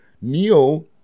Neo